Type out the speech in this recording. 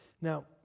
Now